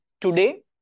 Today